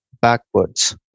backwards